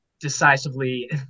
decisively